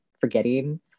forgetting